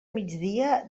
migdia